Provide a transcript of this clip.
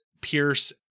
Pierce